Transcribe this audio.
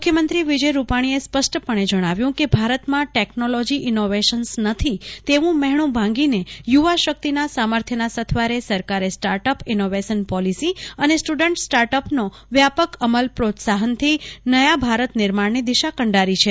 મુખ્યમંત્રી શ્રી વિજય રૂપાણીએ સ્પષ્ટપણે જણાવ્યું કે ભારતમાં ટેકનોલોજી ઇનોવેશન્સ નથી એવું મ્હેણું ભાંગીને યુવાશકિતના સામર્થ્યના સથવારે સરકારે સ્ટાર્ટઅપ ઇનોવેશન પોલિસી અને સ્ટુડન્ટ સ્ટાર્ટઅપનો વ્યાપક અમલ પ્રોત્સાહનથી નયાભારતના નિર્માણની દિશા કંડારી છે